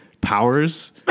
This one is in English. powers